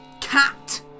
cat